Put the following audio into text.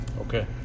okay